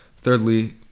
Thirdly